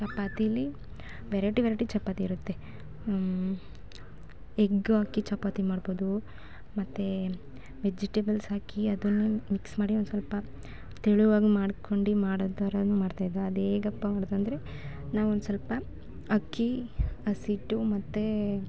ಚಪಾತಿಲಿ variety variety chapati ಇರುತ್ತೆ egg ಹಾಕಿ ಚಪಾತಿ ಮಾಡ್ಬೋದು ಮತ್ತು ವೆಜಿಟೇಬಲ್ಸ್ ಹಾಕಿ ಅದನ್ನು ಮಿಕ್ಸ್ ಮಾಡಿ ಒಂದು ಸ್ವಲ್ಪ ತೆಳುವಾಗಿ ಮಾಡ್ಕೊಂಡು ಮಾಡೋ ಥರವೂ ಮಾಡ್ತಾಯಿದ್ದೋ ಅದೇಗಪ್ಪಾ ಮಾಡೋದಂದರೆ ನಾವು ಒಂದು ಸ್ವಲ್ಪ ಅಕ್ಕಿ ಹಸಿ ಹಿಟ್ಟು ಮತ್ತು